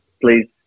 please